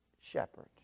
shepherd